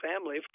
family